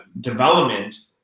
development